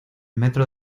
metro